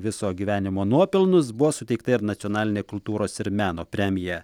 viso gyvenimo nuopelnus buvo suteikta ir nacionalinė kultūros ir meno premija